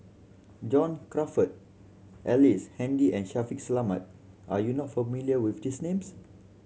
John Crawfurd Ellice Handy and Shaffiq Selamat are you not familiar with these names